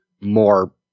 more